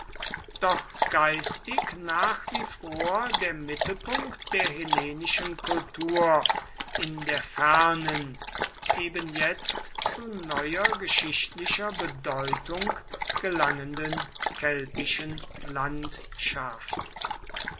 doch geistig nach wie vor der mittelpunkt der hellenischen kultur in der fernen eben jetzt zu neuer geschichtlicher bedeutung gelangenden keltischen landschaft